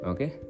Okay